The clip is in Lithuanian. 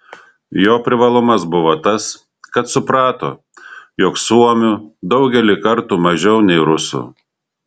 jo privalumas buvo tas kad suprato jog suomių daugelį kartų mažiau nei rusų